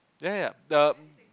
ya ya erm